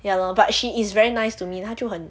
ya lor but she is very nice to me 她就很